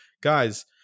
guys